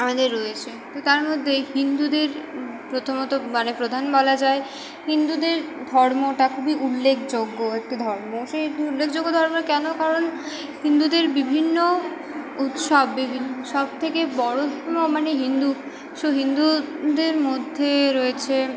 আমাদের রয়েছে তো তার মদ্যে হিন্দুদের প্রথমত মানে প্রধান বলা যায় হিন্দুদের ধর্মটা খুবই উল্লেখযোগ্য একটি ধর্ম সেই উল্লেখযোগ্য ধর্ম কেন কারণ হিন্দুদের বিভিন্ন উৎসব বিভি সব থেকে বড়ো প্রিয় মানে হিন্দু শুধু হিন্দুদের মধ্যে রয়েছে